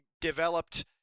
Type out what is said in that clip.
developed